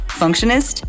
Functionist